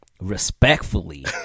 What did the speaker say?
Respectfully